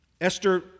Esther